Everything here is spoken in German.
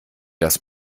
das